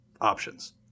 options